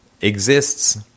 exists